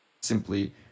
simply